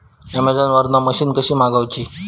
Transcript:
Amazon वरन machine कशी मागवची?